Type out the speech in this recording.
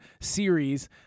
series